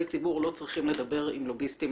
ציבור לא צריכים לדבר עם לוביסטים,